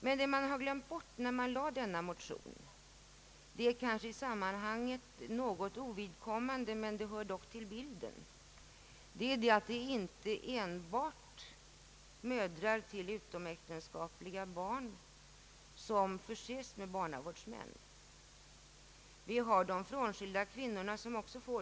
Men vad man glömt bort i motionen — vilket måhända i detta sammanhang är något ovidkommande men ändå hör till bilden — är att inte enbart mödrar till utomäktenskapliga barn förses med barnavårdsmän. Även de frånskilda kvinnorna får sådana.